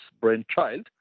brainchild